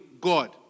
God